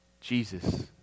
Jesus